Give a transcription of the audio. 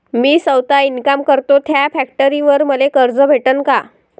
मी सौता इनकाम करतो थ्या फॅक्टरीवर मले कर्ज भेटन का?